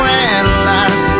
analyze